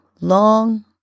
Long